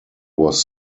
was